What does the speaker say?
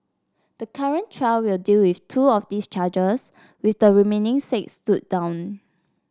the current trial will deal with two of those charges with the remaining six stood down